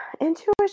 intuition